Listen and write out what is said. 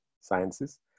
sciences